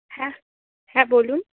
হ্যাঁ হ্যাঁ বলুন